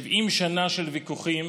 70 שנה של ויכוחים